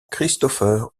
christopher